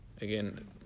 again